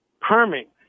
permit